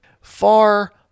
Far